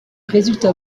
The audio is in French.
résultat